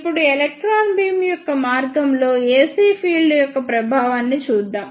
ఇప్పుడు electron beam యొక్క మార్గంలో AC ఫీల్డ్ యొక్క ప్రభావాన్ని చూద్దాం